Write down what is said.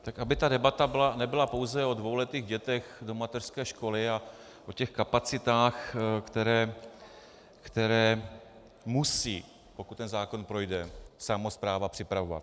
Tak aby ta debata nebyla pouze o dvouletých dětech do mateřské školy a o těch kapacitách, které musí, pokud ten zákon projde, samospráva připravovat.